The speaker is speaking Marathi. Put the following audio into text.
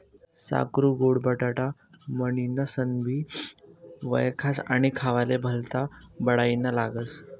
साकरु गोड बटाटा म्हनीनसनबी वयखास आणि खावाले भल्ता बडाईना लागस